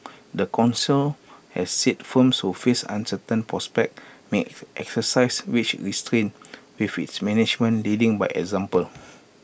the Council have said firms who face uncertain prospects may exercise wage restraint with its management leading by example